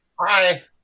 Hi